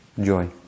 joy